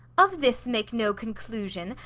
of this make no conclusion,